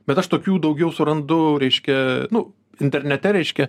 bet aš tokių daugiau surandu reiškia nu internete reiškia